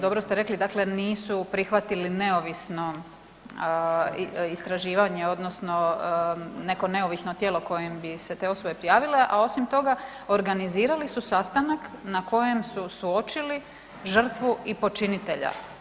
Dobro ste rekli, dakle nisu prihvatili neovisno istraživanje odnosno neko neovisno tijelo kojem bi se te osobe prijavile a osim toga organizirali su sastanak na kojem su suočili žrtvu i počinitelja.